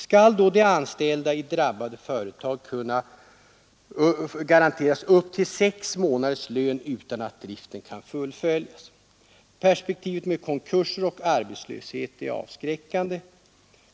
Skall då de anställda i drabbade företag kunna garanteras upp till 6 månaders lön utan att driften kan fullföljas? Perspektivet med konkurser och arbetslöshet är avskräckande.